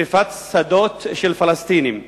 שרפת שדות של פלסטינים.